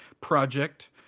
project